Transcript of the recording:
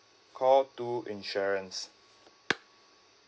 call two insurance